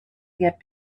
get